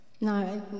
No